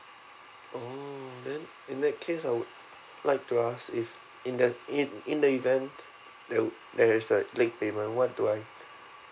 oh then in that case I would like to ask if in the in in the event that would there is a late payment what do I